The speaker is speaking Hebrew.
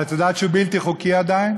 אבל את יודעת שהוא בלתי חוקי עדיין?